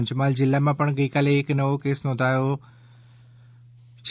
પંચમહાલ જિલ્લામાં પણ ગઇકાલે એક પણ નવો કેસ નોંધાયો નથી